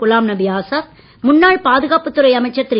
குலாம்நபி ஆசாத் முன்னாள் பாதுகாப்புத் துறை அமைச்சர் திரு